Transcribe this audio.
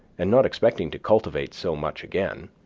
and not expecting to cultivate so much again,